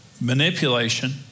Manipulation